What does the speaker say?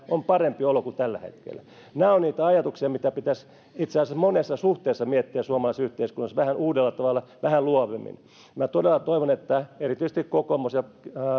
on parempi olo kuin tällä hetkellä nämä ovat niitä ajatuksia mitä pitäisi itse asiassa monessa suhteessa miettiä suomalaisessa yhteiskunnassa vähän uudella tavalla vähän luovemmin minä todella toivon että erityisesti kokoomus ja